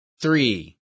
Three